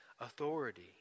authority